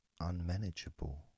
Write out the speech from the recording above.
unmanageable